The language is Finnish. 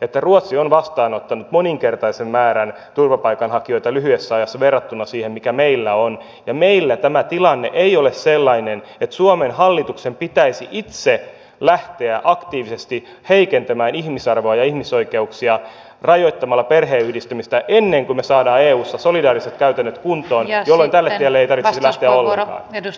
että ruotsi on vastaanottanut moninkertaisen määrän turvapaikanhakijoita lyhyessä ajassa verrattuna siihen mikä meillä on ja meillä tämä tilanne ei ole sellainen että suomen hallituksen pitäisi itse lähteä aktiivisesti heikentämään ihmisarvoa ja ihmisoikeuksia rajoittamalla perheenyhdistämistä ennen kuin me saamme eussa solidaariset käytännöt kuntoon jolloin tälle tielle ei tarvitsisi lähteä ollenkaan